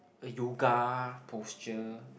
yoga posture